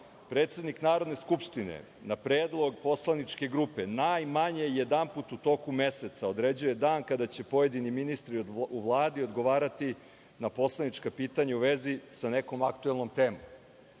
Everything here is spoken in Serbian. predsednik Narodne skupštine, na predlog poslaničke grupe najmanje jedanput u toku meseca određuje dan kada će pojedini ministri u Vladi odgovarati na poslanička pitanja u vezi sa nekom aktuelnom temom.